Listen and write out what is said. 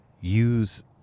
use